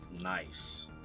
Nice